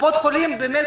קופות החולים באמת,